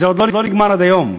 וזה עוד לא נגמר עד היום.